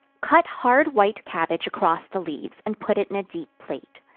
cut hard white cabbage across the leaves, and put it in a deep plate,